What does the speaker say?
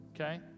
okay